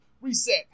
reset